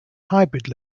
hybrid